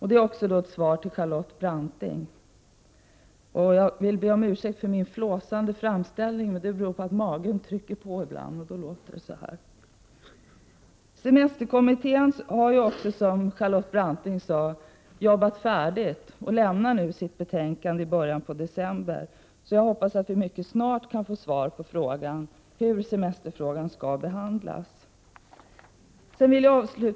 Detta är också ett svar till Charlotte Branting. Semesterkommittén har, som hon sade, jobbat färdigt och lämnar sitt betänkande i början av december. Jag hoppas att vi mycket snart kan få besked om hur semesterfrågan skall behandlas.